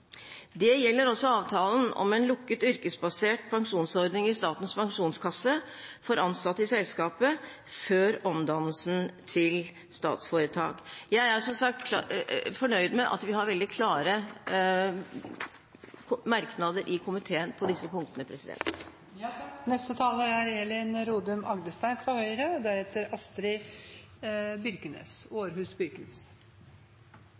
Det gjelder også avtalen om en lukket, yrkesbasert pensjonsordning i Statens pensjonskasse for ansatte i selskapet før omdannelsen til statsforetak. Jeg er som sagt fornøyd med at vi i komiteen har veldig klare merknader på disse punktene.